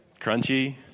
crunchy